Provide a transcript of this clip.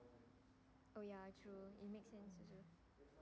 oh ya true it makes sense